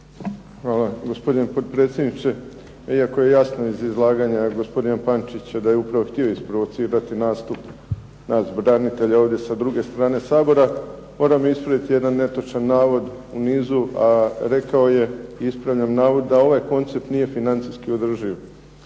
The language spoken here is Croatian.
Hvala gospodine potpredsjedniče. Iako je jasno iz izlaganja gospodina Pančića da je upravo htio isprovocirati nastup nas branitelja ovdje sa druge strane Sabora, moram ispraviti jedan netočan navod u nizu, a rekao je, ispravljam navod, da ovaj koncept nije financijski održiv.